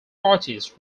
parties